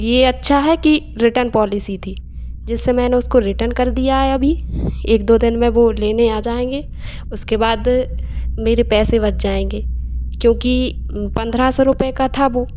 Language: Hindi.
यह अच्छा है कि रिटर्न पॉलिसी थी जिससे मैंने उसको रिटर्न कर दिया है अभी एक दो दिन में वह लेने आ जाएँगे उसके बाद मेरे पैसे बच जाएँगे क्योंकि पंद्रह सौ रुपये का था वह